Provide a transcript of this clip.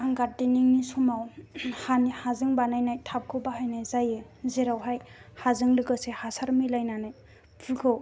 आं गार्देनिं नि समाव हानि हाजों बानायनाय थाबखौ बाहायनाय जायो जेरावहाय हाजों लोगोसे हासार मिलायनानै फुलखौ